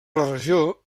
regió